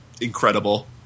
incredible